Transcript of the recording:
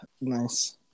nice